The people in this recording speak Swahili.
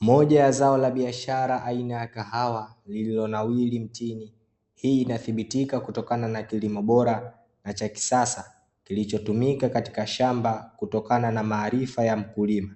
Moja ya zao la biashara aina ya kahawa lililo nawiri mtini, hii inathibitika kutokana na kilimo bora na cha kisasa kilichotumika katika shamba kutokana na maarifa ya mkulima,